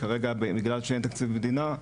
כרגע בגלל שאין תקציב מדינה,